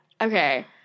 Okay